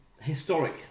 historic